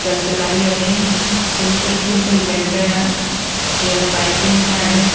त सिलाईअ में सिम्पल सिम्पल बेंटन जीअं पाईपिंग ठाइणु